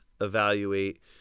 evaluate